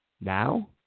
Now